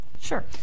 Sure